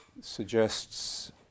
suggests